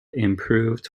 improved